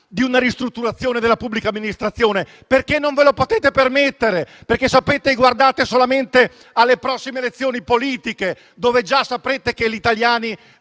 di una ristrutturazione della pubblica amministrazione? Non ve lo potete permettere e perché guardate solamente alle prossime elezioni politiche, con le quali già saprete che gli italiani